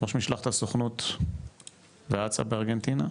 ראש משלחת הסוכנות והצ"ע בארגנטינה,